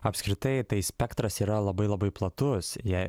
apskritai tai spektras yra labai labai platus jei